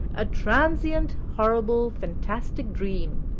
a transient, horrible, fantastic dream,